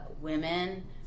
women